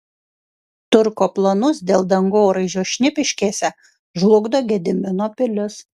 turko planus dėl dangoraižio šnipiškėse žlugdo gedimino pilis